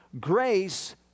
Grace